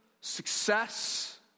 success